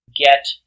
get